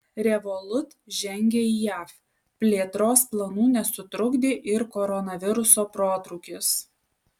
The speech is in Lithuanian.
revolut žengia į jav plėtros planų nesutrukdė ir koronaviruso protrūkis